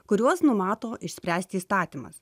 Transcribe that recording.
kuriuos numato išspręsti įstatymas